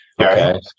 Okay